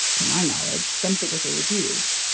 to my knowledge, been physically abused,